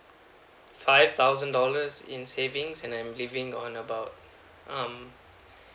five thousand dollars in savings and I'm living on about um